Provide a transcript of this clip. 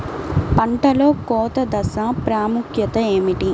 పంటలో కోత దశ ప్రాముఖ్యత ఏమిటి?